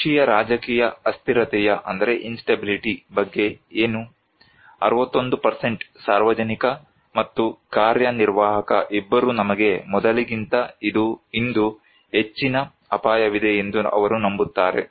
ದೇಶೀಯ ರಾಜಕೀಯ ಅಸ್ಥಿರತೆಯ ಬಗ್ಗೆ ಏನು 61 ಸಾರ್ವಜನಿಕ ಮತ್ತು ಕಾರ್ಯನಿರ್ವಾಹಕ ಇಬ್ಬರೂ ನಮಗೆ ಮೊದಲಿಗಿಂತ ಇಂದು ಹೆಚ್ಚಿನ ಅಪಾಯವಿದೆ ಎಂದು ಅವರು ನಂಬುತ್ತಾರೆ